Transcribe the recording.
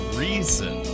reason